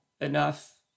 enough